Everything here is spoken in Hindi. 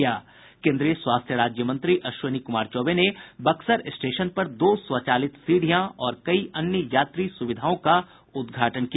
केन्द्रीय स्वास्थ्य राज्य मंत्री अश्विनी कुमार चौबे ने बक्सर स्टेशन पर दो स्वचालित सीढ़ियां और कई अन्य यात्री सुविधाओं का उद्घाटन किया